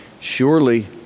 surely